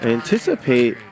anticipate